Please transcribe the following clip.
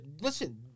Listen